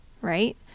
right